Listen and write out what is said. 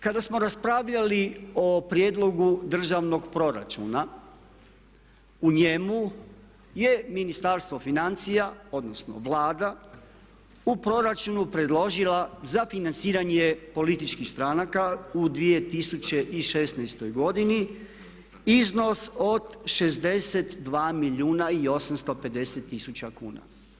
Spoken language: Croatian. Kada smo raspravljali o Prijedlogu državnog proračuna, u njemu je Ministarstvo financija odnosno Vlada u proračunu predložila za financiranje političkih stranaka u 2016.godini iznos od 62 milijuna i 850 tisuća kuna.